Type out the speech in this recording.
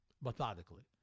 methodically